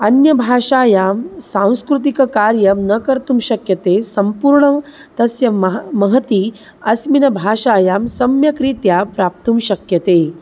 अन्यभाषायां सांस्कृतिककार्यं न कर्तुं शक्यते सम्पूर्णं तस्य मह महती अस्मिन् भाषायां सम्यक्रीत्या प्राप्तुं शक्यते